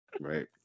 right